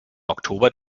oktober